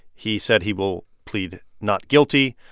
he said he will plead not guilty.